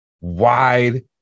Wide